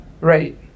Right